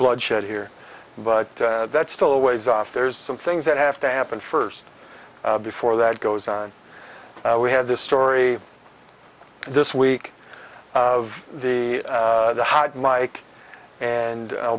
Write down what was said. bloodshed here but that's still a ways off there's some things that have to happen first before that goes on we had this story this week of the hot mike and a